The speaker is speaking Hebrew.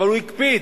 אבל הקפיד,